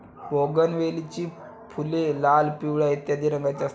बोगनवेलीची फुले लाल, पिवळ्या इत्यादी रंगांची असतात